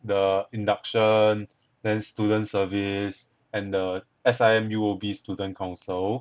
the induction then students service and the S_I_M_U_O_B student council